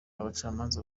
abacamanza